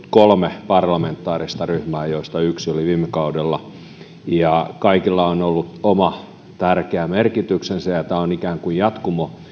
kolme parlamentaarista ryhmää joista yksi oli viime kaudella kaikilla on ollut oma tärkeä merkityksensä ja tämä on ikään kuin jatkumo